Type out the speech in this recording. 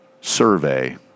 survey